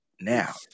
Now